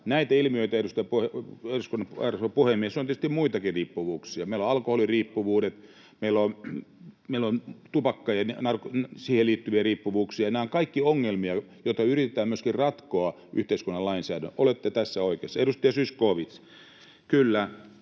oma roolinsa. Arvoisa puhemies, on tietysti muitakin riippuvuuksia: meillä on alkoholiriippuvuudet, meillä on tupakkaan liittyviä riippuvuuksia — nämä ovat kaikki ongelmia, joita yritetään myöskin ratkoa yhteiskunnan lainsäädännöllä. Olette tässä oikeassa. Edustaja Zyskowicz, kyllä,